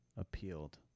appealed